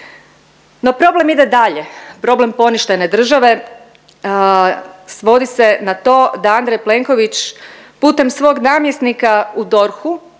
No problem ide dalje, problem poništene države svodi se na to da Andrej Plenković putem svog namjesnika u DORH-u